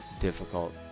difficult